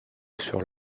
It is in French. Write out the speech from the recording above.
sur